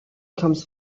comes